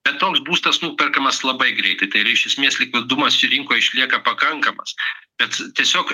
bet toks būstas nuperkamas labai greitai tai ir iš esmės likvidumas čia rinkoj išlieka pakankamas bet tiesiog